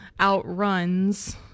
outruns